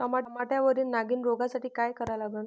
टमाट्यावरील नागीण रोगसाठी काय करा लागन?